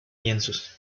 lienzos